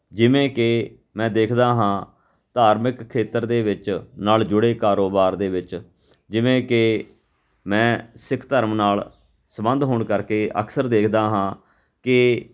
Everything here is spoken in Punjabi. ਜਿਵੇਂ ਕਿ ਮੈਂ ਦੇਖਦਾ ਹਾਂ ਧਾਰਮਿਕ ਖੇਤਰ ਦੇ ਵਿੱਚ ਨਾਲ ਜੁੜੇ ਕਾਰੋਬਾਰ ਦੇ ਵਿੱਚ ਜਿਵੇਂ ਕਿ ਮੈਂ ਸਿੱਖ ਧਰਮ ਨਾਲ ਸੰਬੰਧ ਹੋਣ ਕਰਕੇ ਅਕਸਰ ਦੇਖਦਾ ਹਾਂ ਕਿ